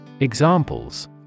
Examples